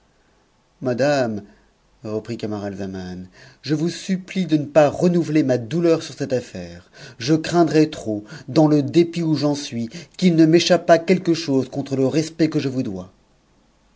madame ë it camaratzaman je vous supplie de ne pas renouveler ma douleur m cette auaire je craindrais trop dans le dépit où j'en suis qu'il ne o'cchappat quelque chose contre le respect que je vous dois